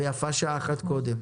ויפה שעה אחת קודם.